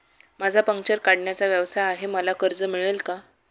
माझा पंक्चर काढण्याचा व्यवसाय आहे मला कर्ज मिळेल का?